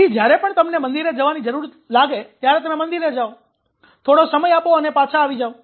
તેથી જ્યારે પણ તમને મંદિરે જવાની જરૂર લાગે ત્યારે તમે મંદિર જાઓ થોડો સમય આપો અને પાછા આવી જાવ